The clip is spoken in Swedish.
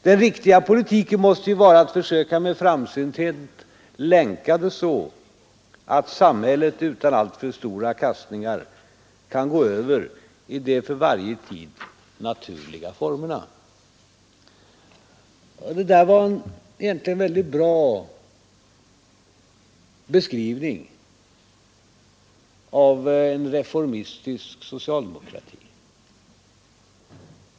Den riktiga politiken måste ju vara att försöka med framsynthet länka det hela så, att samhället utan allt för stora kastningar kan gå över i de för varje tid naturliga formerna.” Det där var egentligen en bra beskrivning av en reformistisk socialdemokrati.